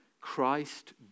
Christ